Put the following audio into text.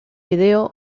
video